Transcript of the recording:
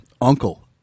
uncle